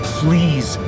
please